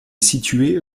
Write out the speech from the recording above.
située